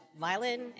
violin